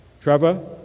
Trevor